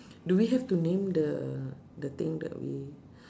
do we have to name the the thing that we